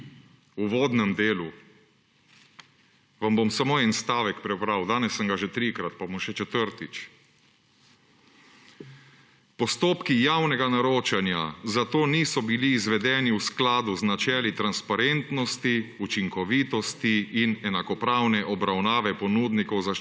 v uvodnem delu – vam bom samo en stavek prebral, danes sem ga že trikrat, pa bom še četrtič: »Postopki javnega naročanja zato niso bili izvedeni v skladu z načeli transparentnosti, učinkovitosti in enakopravne obravnave ponudnikov zaščitne